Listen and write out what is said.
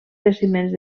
jaciments